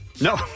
No